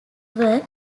were